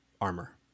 armor